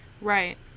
Right